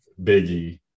Biggie